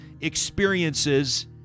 experiences